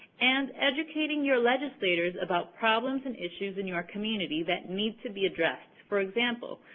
and educating your legislators about problems and issues in your community that need to be addressed, for example,